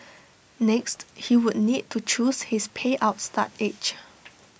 next he would need to choose his payout start age